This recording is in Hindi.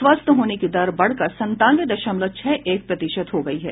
स्वस्थ होने की दर बढ़कर संतानवे दशमलव छह एक प्रतिशत हो गयी है